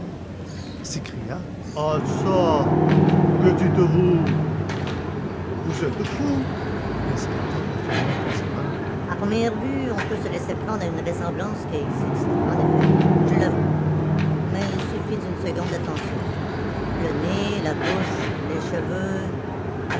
s'écria ah ça que dites-vous vous êtes fou l'inspecteur affirma posément à première vue on peut se laisser prendre à une ressemblance qui existe en effet je l'avoue mais il suffit d'une seconde d'attention le nez la bouche les cheveux